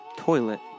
Toilet